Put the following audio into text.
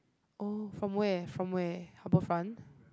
oh from where from where Harbourfront